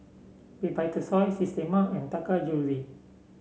Vitasoy Systema and Taka Jewelry